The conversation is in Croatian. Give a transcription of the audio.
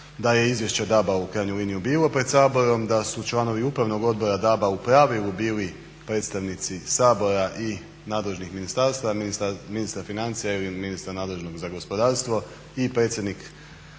da je izvješće DAB-a u krajnjoj liniji bilo pred Saborom, da su članovi upravnog odbora DAB-a u pravilu bili predstavnici Sabora i nadležnih ministarstava, ministar financija ili ministar nadležnog za gospodarstvo i predsjednik Saborskog